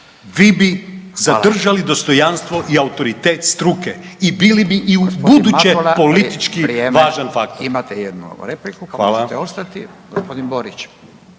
Hvala./… dostojanstvo i autoritet struke i bili bi i ubuduće politički važan faktor.